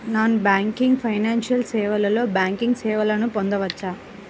Non banking financial సేవలో banking సేవలను పొందవచ్చా?